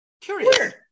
Curious